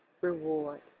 reward